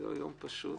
אנחנו רוצים